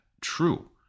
true